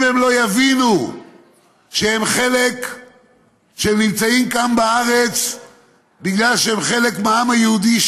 אם הם לא יבינו שהם נמצאים כאן בארץ בגלל שהם חלק מהעם היהודי,